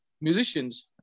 musicians